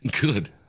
Good